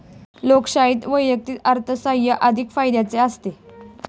लोकशाहीत वैयक्तिक अर्थसाहाय्य अधिक फायद्याचे असते